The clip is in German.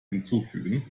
hinzufügen